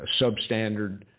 substandard